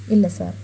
ഇല്ല സാർ